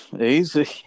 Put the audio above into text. Easy